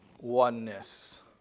oneness